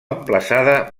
emplaçada